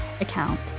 account